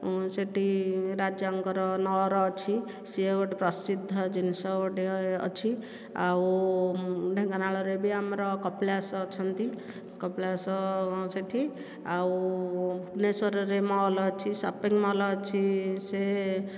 ଆଉ ସେଇଠି ରାଜାଙ୍କର ନଅର ଅଛି ସିଏ ଗୋଟିଏ ପ୍ରସିଦ୍ଧ ଜିନିଷ ଗୋଟିଏ ଅଛି ଆଉ ଢେଙ୍କାନାଳରେ ବି ଆମର କପିଳାଶ ଅଛନ୍ତି କପିଳାଶ ସେଇଠି ଆଉ ଭୁବନେଶ୍ଵରରେ ମଲ୍ ଅଛି ସପିଙ୍ଗମଲ ଅଛି ସେ